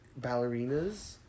ballerinas